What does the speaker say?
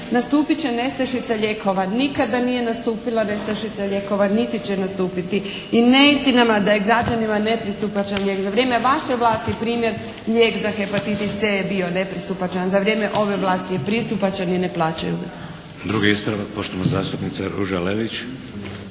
Nastupiti će nestašica lijekova. Nikada nije nastupila nestašica lijekova niti će nastupiti. I neistina je da je građanima nepristupačan lijek. Za vrijeme vaše vlasti nrp. lijek za hepatitis C je bio nepristupačan, za vrijeme je pristupačan i ne plaćaju ga. **Šeks, Vladimir (HDZ)** Drugi ispravak poštovana zastupnica Ruža Lelić.